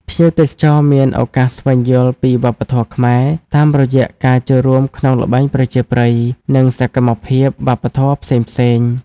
ភ្ញៀវទេសចរមានឱកាសស្វែងយល់ពីវប្បធម៌ខ្មែរ តាមរយៈការចូលរួមក្នុងល្បែងប្រជាប្រិយ និងសកម្មភាពវប្បធម៌ផ្សេងៗ។